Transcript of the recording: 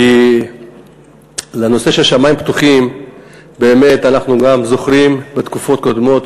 כי בנושא של שמים פתוחים באמת אנחנו גם זוכרים בתקופות קודמות